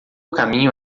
caminho